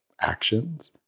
actions